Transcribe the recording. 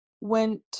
went